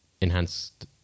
enhanced